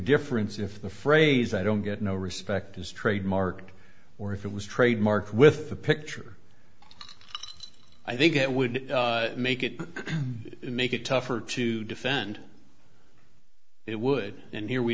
difference if the phrase i don't get no respect is trademarked or if it was trademark with a picture i think it would make it make it tougher to defend it would and here we